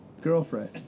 girlfriend